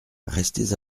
restez